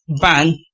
ban